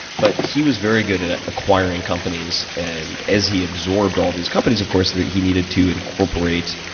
but he was very good at acquiring companies, and as he absorbed all these companies, of course, he needed to incorporate